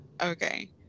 okay